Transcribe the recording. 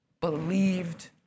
believed